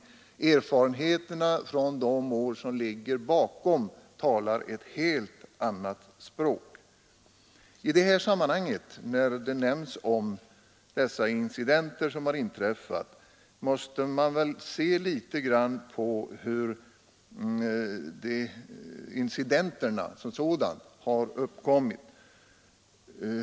Erfarenheterna från de år som gått talar ett helt annat språk. När de incidenter nämns som inträffat måste man se litet grand på hur bestämmelserna som sådana har uppkommit.